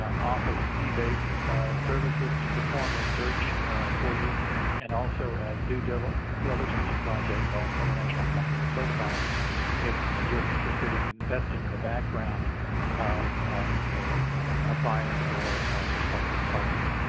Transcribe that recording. offers fee-based services to perform research for you and also due diligence diligence project called international company profile if youire interested in investing in the background of a ah buyer or prospective partner.